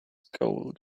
gold